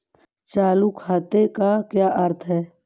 चालू खाते का क्या अर्थ है?